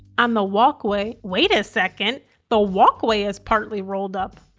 on the walkway, wait a second the walkway is partly rolled up.